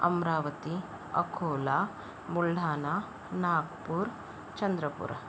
Amravati Akola Buldhana Nagpur Chandrapur